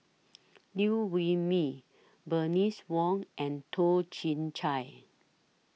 Liew Wee Mee Bernice Wong and Toh Chin Chye